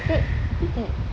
is that who's that